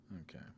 Okay